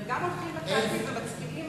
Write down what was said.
והם גם הולכים לקלפי ומצביעים,